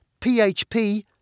php